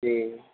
जी